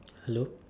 hello